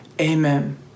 Amen